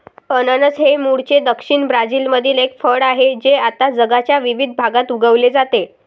अननस हे मूळचे दक्षिण ब्राझीलमधील एक फळ आहे जे आता जगाच्या विविध भागात उगविले जाते